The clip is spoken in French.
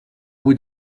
bout